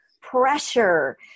pressure